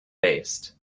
based